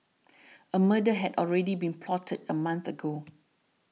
a murder had already been plotted a month ago